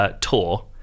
tour